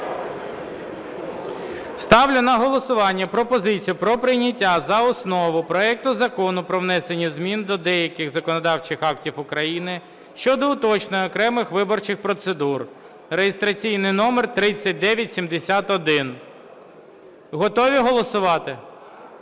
Ставлю на голосування пропозицію про прийняття за основу проекту Закону про внесення змін до деяких законодавчих актів України щодо уточнення окремих виборчих процедур (реєстраційний номер 3971). Готові голосувати?